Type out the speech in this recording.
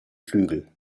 flügel